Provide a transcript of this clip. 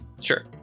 sure